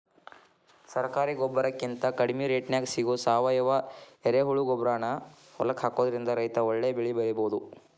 ಸರಕಾರಿ ಗೊಬ್ಬರಕಿಂತ ಕಡಿಮಿ ರೇಟ್ನ್ಯಾಗ್ ಸಿಗೋ ಸಾವಯುವ ಎರೆಹುಳಗೊಬ್ಬರಾನ ಹೊಲಕ್ಕ ಹಾಕೋದ್ರಿಂದ ರೈತ ಒಳ್ಳೆ ಬೆಳಿ ಬೆಳಿಬೊದು